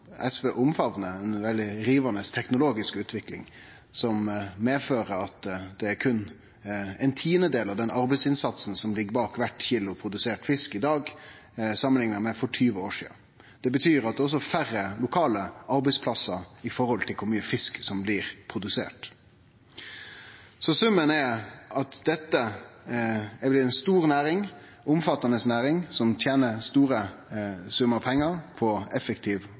SV omfamnar – ei veldig rivande teknologisk utvikling, som fører med seg at arbeidsinnsatsen som ligg bak kvart kilo produsert fisk i dag, er berre ein tidel samanlikna med for 20 år sidan. Det betyr at det også er færre lokale arbeidsplassar i forhold til kor mykje fisk som blir produsert. Summen er at dette er ei stor og omfattande næring, som tener store summar pengar på effektiv